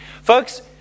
Folks